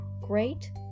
great